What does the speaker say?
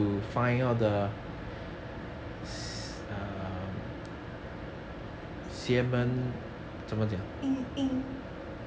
阴阴